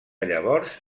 llavors